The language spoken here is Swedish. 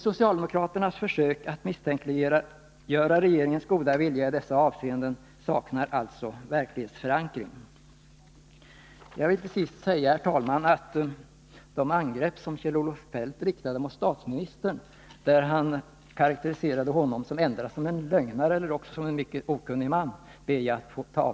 Socialdemokraternas försök att misstänkliggöra regeringens goda vilja i dessa avseenden saknar alltså verklighetsförankring. De angrepp som Kjell-Olof Feldt riktade mot statsministern, där han karakteriserade honom som endera en lögnare eller en mycket okunnig man, tar jag avstånd från. Herr talman!